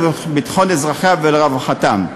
לביטחון אזרחיה ולרווחתם.